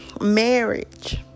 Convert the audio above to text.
marriage